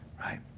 right